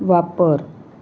वापर